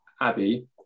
abby